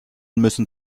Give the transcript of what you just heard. müssen